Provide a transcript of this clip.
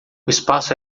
espaço